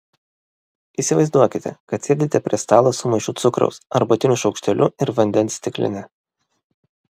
įsivaizduokite kad sėdite prie stalo su maišu cukraus arbatiniu šaukšteliu ir vandens stikline